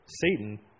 Satan